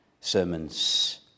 sermons